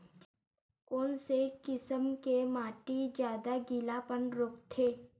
कोन से किसम के माटी ज्यादा गीलापन रोकथे?